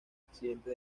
accidente